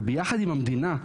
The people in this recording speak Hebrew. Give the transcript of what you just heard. וביחד עם המדינה,